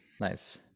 Nice